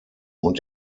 und